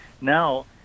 now